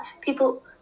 people